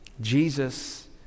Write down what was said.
Jesus